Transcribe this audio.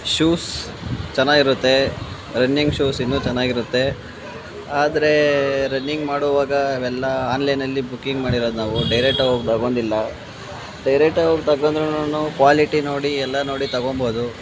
shoes ಚೆನ್ನಾಗಿರುತ್ತೆ running shoes ಇನ್ನೂ ಚೆನ್ನಾಗಿರುತ್ತೆ ಆದರೆ ರನ್ನಿಂಗ್ ಮಾಡುವಾಗ ಅವೆಲ್ಲ ಆನ್ಲೈನಲ್ಲಿ ಬುಕ್ಕಿಂಗ್ ಮಾಡಿರೋದು ನಾವು ಡೈರೆಕ್ಟಾಗಿ ಹೋಗಿ ತಗೊಂಡಿಲ್ಲ ಡೈರೆಕ್ಟಾಗಿ ಹೋಗಿ ತಗೊಂದ್ರುನು ಕ್ವಾಲಿಟಿ ನೋಡಿ ಎಲ್ಲ ನೋಡಿ ತಗೊಬೋದು